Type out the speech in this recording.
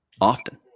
often